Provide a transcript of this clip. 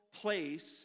place